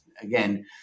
again